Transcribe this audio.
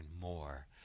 more